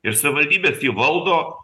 ir savivaldybės į valdo